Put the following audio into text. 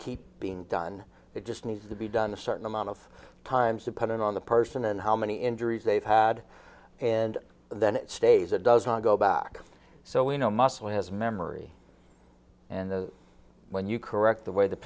keep being done it just needs to be done a certain amount of times depending on the person and how many injuries they've had and then it stays it doesn't go back so we know muscle has memory and when you correct the way t